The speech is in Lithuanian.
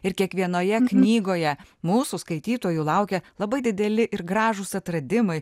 ir kiekvienoje knygoje mūsų skaitytojų laukia labai dideli ir gražūs atradimai